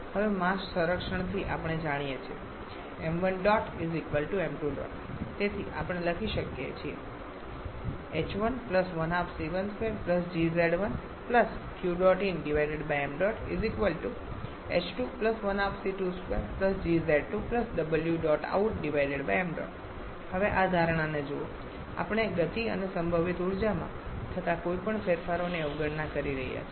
હવે માસ સંરક્ષણથી આપણે જાણીએ છીએ તેથી આપણે લખી શકીએ છીએ હવે આ ધારણાને જુઓ આપણે ગતિ અને સંભવિત ઊર્જામાં થતા કોઈપણ ફેરફારોની અવગણના કરી રહ્યા છીએ